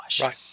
Right